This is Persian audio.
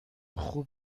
خوب